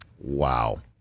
Wow